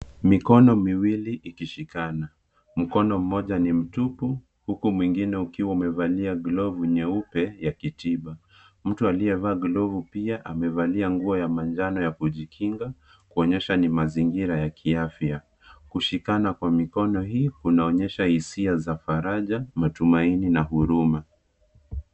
Mikono miwilwi ikishikana mkono mmoja ni mtupu huku mwingine ukiwa umevalia glafu nyeupe yakitiba, mtu aliyevaa glafu pia amevalia nguo ya manjano ya kujikinga kuonyesha ni mazingira ya kiafya ,kushikana kwa mikono hii kunaonyesha hisia za faraja, matumaini na huruma.